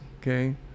okay